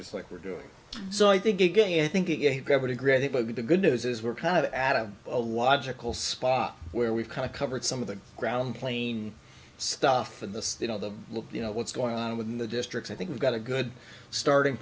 just like we're doing so i think again i think again i would agree that would be the good news is we're kind of adam a logical spot where we've kind of covered some of the ground plane stuff and the you know the look you know what's going on within the district i think we've got a good starting